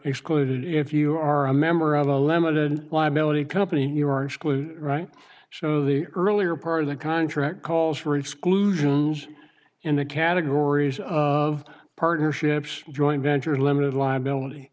excluded if you are a member of a limited liability company here are excluded right so the earlier part of the contract calls for exclusions in the categories of partnerships joint venture limited liability